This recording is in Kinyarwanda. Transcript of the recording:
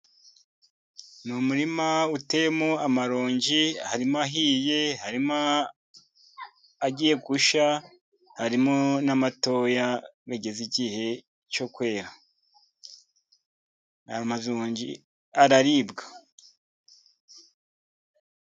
Ni umurima uteyemo amaronji. Harimo ahiye, harimo agiye gushya, harimo n'amatoya ageze igihe cyo kwera, aya maronji araribwa.